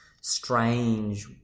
strange